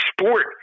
sport